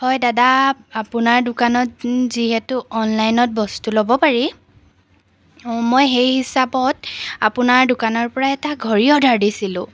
হয় দাদা আপোনাৰ দোকানত যিহেতু অনলাইনত বস্তু ল'ব পাৰি মই সেই হিচাপত আপোনাৰ দোকানৰ পৰা এটা ঘড়ী অৰ্ডাৰ দিছিলোঁ